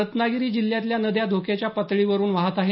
रत्नागिरी जिल्ह्यातल्या नद्या धोक्याच्या पातळीवरून वाहत आहेत